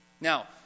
Now